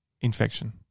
Infection